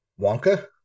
Wonka